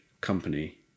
company